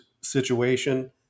situation